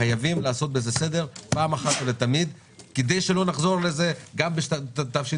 חייבים לעשות בזה סדר אחת ולתמיד כדי שלא נחזור לזה גם בתשפ"ג.